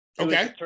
Okay